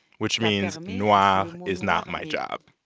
which means noire ah is not my job,